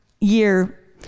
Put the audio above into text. year